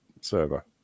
server